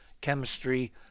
chemistry